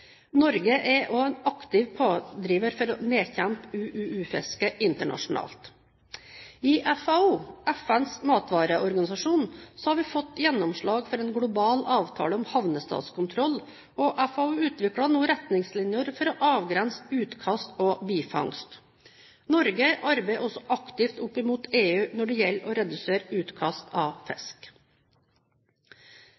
Norge er også en aktiv pådriver for å nedkjempe UUU-fiske internasjonalt. I FAO, FNs matvareorganisasjon, har vi fått gjennomslag for en global avtale om havnestatskontroll, og FAO utvikler nå retningslinjer for å avgrense utkast og bifangst. Norge arbeider også aktivt opp mot EU når det gjelder å redusere utkast av